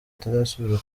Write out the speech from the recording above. atazasubira